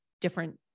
different